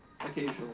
Occasional